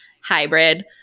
hybrid